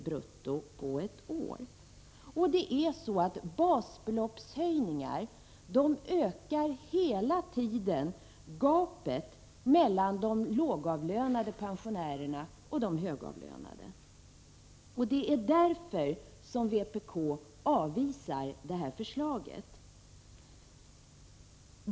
brutto på ett år. Basbeloppshöjningar ökar hela tiden gapet mellan de lågavlönade pensionärerna och de högavlönade, och det är därför som vpk avvisar det här förslaget.